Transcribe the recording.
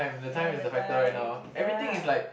ya the time ya